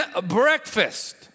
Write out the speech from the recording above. breakfast